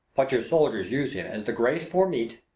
but your soldiers use him as the grace fore meat,